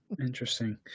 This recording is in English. Interesting